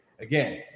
again